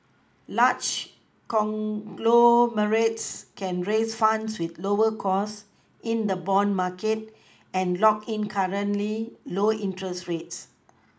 large conglomerates can raise funds with lower costs in the bond market and lock in currently low interest rates